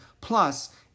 Plus